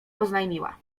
oznajmiła